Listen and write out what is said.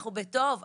אנחנו בטוב,